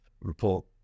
report